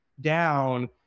down